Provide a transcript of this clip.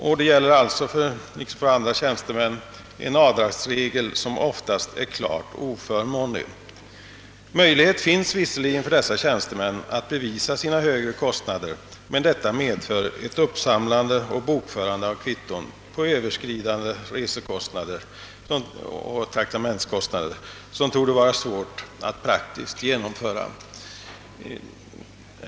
För andra tjänstemän gäller alltså en avdragsregel som är klart oförmånlig. Möjlighet finns visserligen för dessa tjänstemän att bevisa sina högre kostnader, men detta medför ett uppsamlande och bokförande av kvitton på överskridande traktamentskostnader som torde vara svårt att praktiskt genomföra.